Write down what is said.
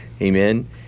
Amen